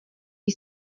die